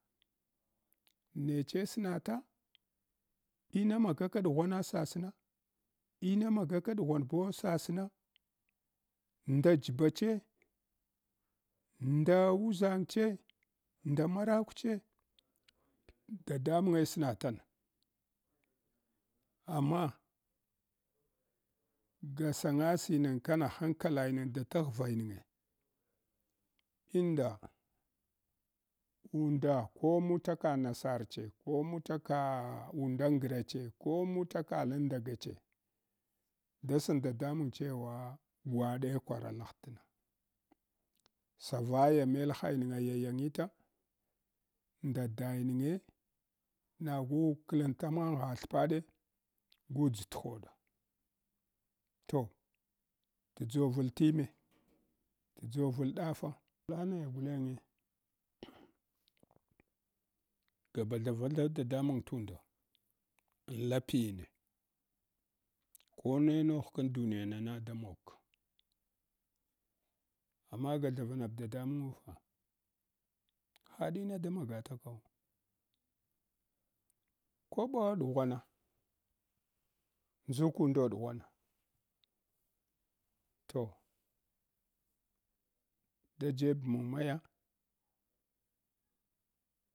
Neche snata, ina magaka ɗughwana sasna ina magaka ɗughwana sasna ina magaka ɗughwanbuwa sasna nda jibache nda uʒangche, nda marakw che, dadamuge sna tana amma ga sanyasi neg kana da taghrainige, unda unda ko mutaka nasarle ko mutaka undagrache ko mutaka landagache da san dadamung chewa gwaɗe kwaralaghdna. Sa vaya melhayinga yayagita nda dayinge nagu klintamaghthpaɗe gudʒthodo toh tdʒovltime, tdʒovl ɗafe lanayagulange, gabalhavaltha dadamung tundo enlapiyine, kone nohkam duniyanana da mogka amma ga thavanab dadamugufa naɗina da magatakaw. Koɓo ɗughwana, ndukundo ɗughvana toh dajebman maya.